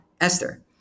Esther